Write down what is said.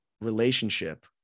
relationship